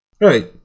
right